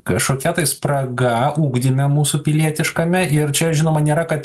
kažkokia tai spraga ugdyme mūsų pilietiškame ir čia žinoma nėra kad